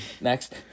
Next